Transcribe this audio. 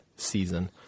Season